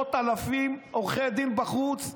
עשרות אלפי עורכי דין בחוץ,